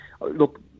Look